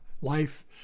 life